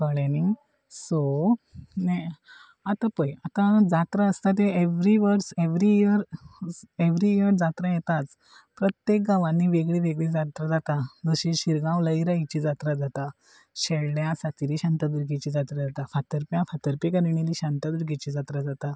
कळे न्ही सो आतां पळय आतां जात्रा आसता त्यो एवरी वर्स एवरी इयर एवरी इयर जात्रा येताच प्रत्येक गांवांनी वेगळी वेगळी जात्रा जाता जशी शिरगांव लयरची जात्रा जाता शेलड्यां सातेरी शांतादुर्गेची जात्रा जाता फातरप्या फातरपेकारणली शांतदुर्गेची जात्रा जाता